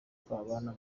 twabana